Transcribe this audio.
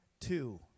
two